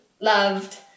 loved